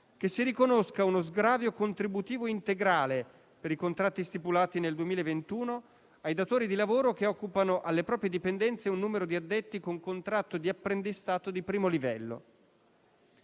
che si riconosca uno sgravio contributivo integrale per i contratti stipulati nel 2021 ai datori di lavoro che occupano alle proprie dipendenze un numero di addetti con contratto di apprendistato di primo livello.